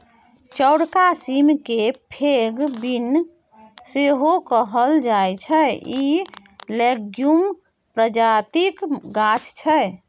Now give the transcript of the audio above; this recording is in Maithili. चौरका सीम केँ फेब बीन सेहो कहल जाइ छै इ लेग्युम प्रजातिक गाछ छै